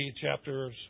chapters